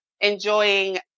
enjoying